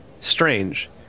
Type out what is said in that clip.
Strange